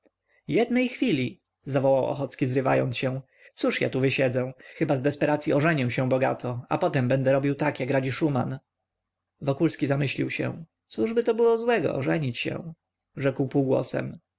jednej chwili zawołał ochocki zrywając się cóż ja tu wysiedzę chyba z desperacyi ożenię się bogato a później będę robił tak jak radzi szuman wokulski zamyślił się cóżby to było złego ożenić się rzekł półgłosem